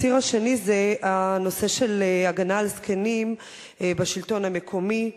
הציר השני זה הנושא של הגנה על זקנים בשלטון המקומי.